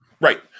Right